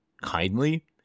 kindly